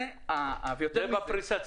זה בפריסת הסיבים.